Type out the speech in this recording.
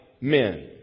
men